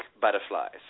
butterflies